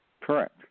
Correct